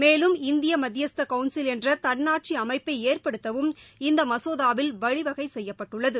மேலும் இந்திய மத்தியஸ்த கவுன்சில் என்ற தன்னாட்சி அமைப்பை ஏற்படுத்தவும் இந்த மசோதாவில் வழிவகை செய்யப்பட்டுள்ளது